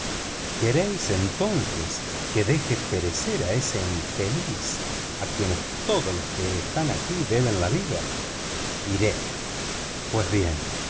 queréis entonces que deje perecer a ese infeliz a quienes todos los que están aquí deben la vida iré pues bien